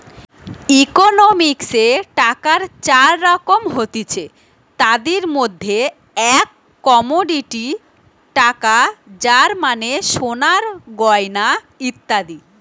ইকোনমিক্সে টাকার চার রকম হতিছে, তাদির মধ্যে এক কমোডিটি টাকা যার মানে সোনার গয়না ইত্যাদি